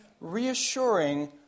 reassuring